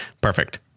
Perfect